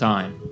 Time